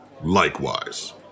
Likewise